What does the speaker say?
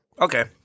Okay